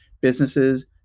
businesses